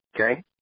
Okay